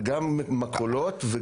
וגם מכולות.